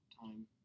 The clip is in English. time